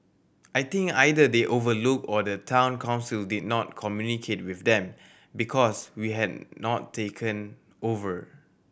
I think either they overlooked or the Town Council did not communicate with them because we had not taken over